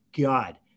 God